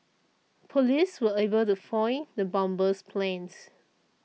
police were able to foil the bomber's plans